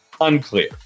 Unclear